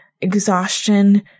exhaustion